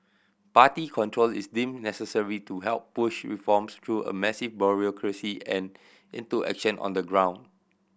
party control is deemed necessary to help push reforms through a massive bureaucracy and into action on the ground